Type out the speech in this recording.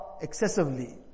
excessively